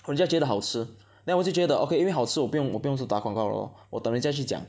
人家觉得好吃 then 我就觉得 okay 因为好吃我不用我不用打广告 lor 我等人家去讲